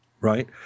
right